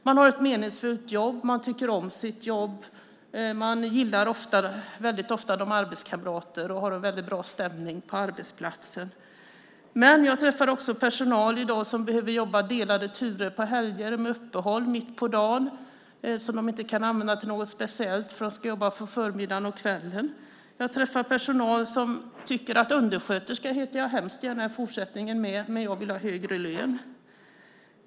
Man har ett meningsfullt jobb, man tycker om sitt jobb, man gillar väldigt ofta sina arbetskamrater och har en väldigt bra stämning på arbetsplatsen. Men jag träffar också personal i dag som måste jobba delade turer på helgerna med uppehåll mitt på dagen som de inte kan använda till något speciellt, eftersom de ska jobba på förmiddagen och kvällen. Jag träffar personal som hemskt gärna heter "undersköterska" även i fortsättningen men som vill ha högre lön.